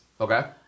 okay